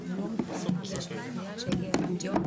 לפני נציגי משרד החוץ שהגיעו לכאן,